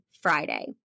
Friday